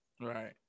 right